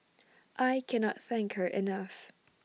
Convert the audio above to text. I cannot thank her enough